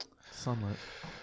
sunlight